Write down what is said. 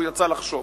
הוא יצא לחשוב.